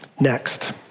Next